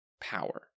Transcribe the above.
power